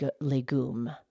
legume